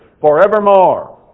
forevermore